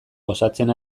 gozatzen